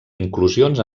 inclusions